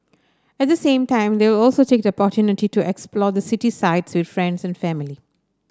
at the same time they will also take the opportunity to explore the city sights with friends and family